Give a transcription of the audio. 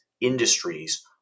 industries